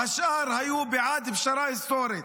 השאר היו בעד פשרה היסטורית.